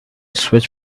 switch